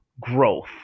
growth